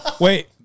Wait